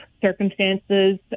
circumstances